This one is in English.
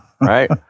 right